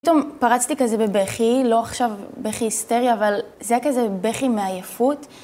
פתאום פרצתי כזה בבכי, לא עכשיו בכי היסטריה, אבל זה היה כזה בכי מעייפות.